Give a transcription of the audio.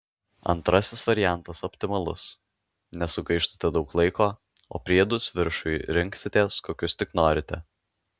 antrasis variantas optimalus nesugaištate daug laiko o priedus viršui rinksitės kokius tik norite